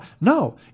No